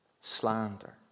slander